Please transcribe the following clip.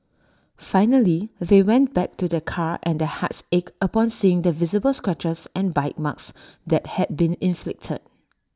finally they went back to their car and their hearts ached upon seeing the visible scratches and bite marks that had been inflicted